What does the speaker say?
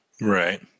right